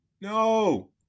No